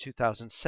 2007